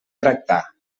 tractar